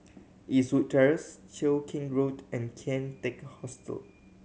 Eastwood Terrace Cheow Keng Road and Kian Teck Hostel